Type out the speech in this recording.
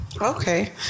Okay